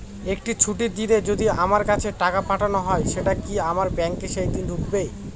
একটি ছুটির দিনে যদি আমার কাছে টাকা পাঠানো হয় সেটা কি আমার ব্যাংকে সেইদিন ঢুকবে?